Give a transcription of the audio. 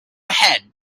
ahead